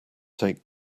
take